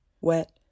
Wet